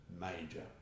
major